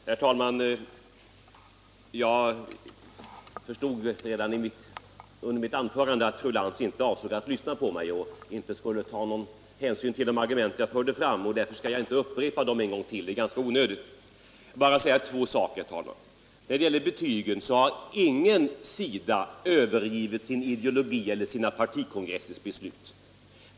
Herr talman! Jag förstod redan när jag höll mitt anförande att fru Lantz inte avsåg att lyssna på mig och att hon inte skulle ta någon hänsyn till de argument jag förde fram. Därför skall jag inte upprepa argumenten en gång till — det är ganska onödigt. Jag skall nu bara ta upp två saker. När det gäller betygen har ingen sida övergivit sin ideologi eller sina partikongressers beslut.